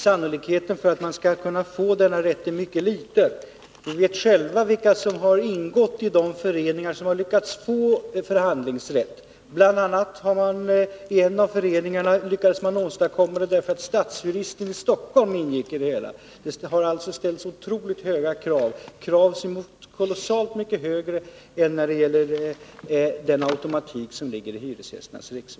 Sannolikheten för att man skall kunna få förhandlingsrätt är mycket liten. Vi vet själva vilka som har ingått i de föreningar som har lyckats få förhandlingsrätt. En av föreningarna lyckades åstadkomma det därför att stadsjuristen i Stockholm ingick i den. Det har alltså ställts otroligt höga krav på dessa föreningar, kolossalt mycket högre krav än på Hyresgästernas riksförbund, som med automatik har denna rätt.